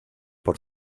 por